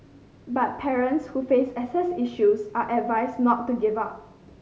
but parents who face access issues are advised not to give up